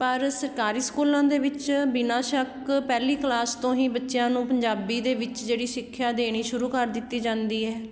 ਪਰ ਸਰਕਾਰੀ ਸਕੂਲਾਂ ਦੇ ਵਿੱਚ ਬਿਨਾਂ ਸ਼ੱਕ ਪਹਿਲੀ ਕਲਾਸ ਤੋਂ ਹੀ ਬੱਚਿਆਂ ਨੂੰ ਪੰਜਾਬੀ ਦੇ ਵਿੱਚ ਜਿਹੜੀ ਸਿੱਖਿਆ ਦੇਣੀ ਸ਼ੁਰੂ ਕਰ ਦਿੱਤੀ ਜਾਂਦੀ ਹੈ